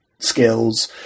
skills